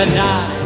die